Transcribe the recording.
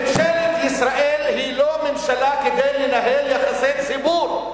ממשלת ישראל היא לא ממשלה כדי לנהל יחסי ציבור.